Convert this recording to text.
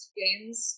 games